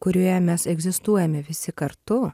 kurioje mes egzistuojame visi kartu